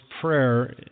Prayer